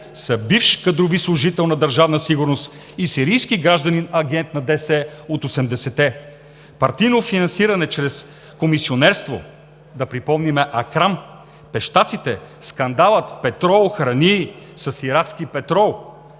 са бивш кадрови служител на Държавна сигурност и сирийски гражданин, агент на ДС от 80-те. Партийно финансиране чрез комисионерство – да припомним „Акрам“, Пещаците, скандалът „Петрол“ – храни с иракски петрол.